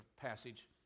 passage